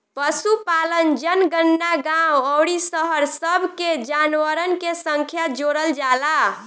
पशुपालन जनगणना गांव अउरी शहर सब के जानवरन के संख्या जोड़ल जाला